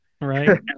Right